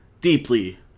Deeply